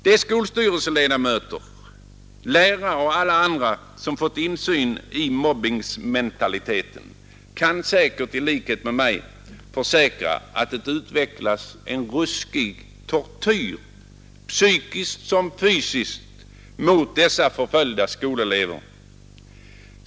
De skolstyrelseledamöter, lärare och alla andra som fått insyn i mobbingsmentaliteten kan säkert i likhet med mig försäkra att det utvecklas en ruskig tortyr psykiskt och fysiskt mot dessa förföljda skolelever.